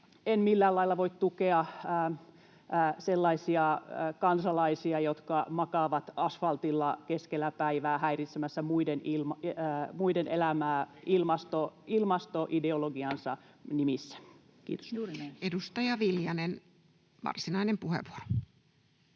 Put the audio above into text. en millään lailla voi tukea sellaisia kansalaisia, jotka makaavat asfaltilla keskellä päivää [Miko Bergbom: Rikollisia!] häiritsemässä muiden elämää ilmastoideologiansa nimissä. — Kiitos. Edustaja Viljanen, varsinainen puheenvuoro.